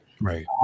Right